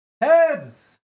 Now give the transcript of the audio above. heads